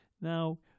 now